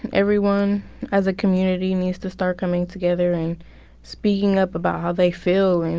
and everyone as a community needs to start coming together and speaking up about how they feeling,